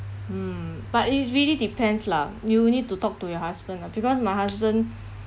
mm but it is really depends lah you need to talk to your husband ah because my husband